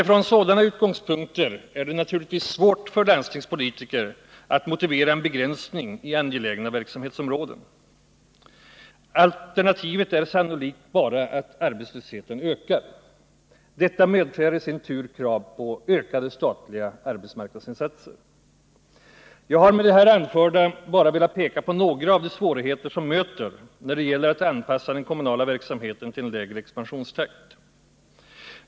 Från sådana utgångspunkter är det naturligtvis svårt för landstingspolitiker att motivera en begränsning i angelägna verksamhetsområden. Alternativet är sannolikt bara att arbetslösheten ökar. Detta medför i sin tur krav på ökade statliga arbetsmarknadsinsatser. Jag har med det här anförda bara velat peka på några av de svårigheter som möter när det gäller att anpassa den kommunala verksamheten till en lägre expansionstakt.